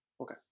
Okay